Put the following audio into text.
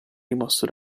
rimosso